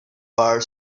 bar